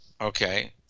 okay